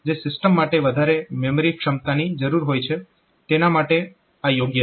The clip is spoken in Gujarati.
જે સિસ્ટમ માટે વધારે મેમરી ક્ષમતાની જરૂર હોય છે તેના માટે આ યોગ્ય છે